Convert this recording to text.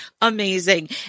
amazing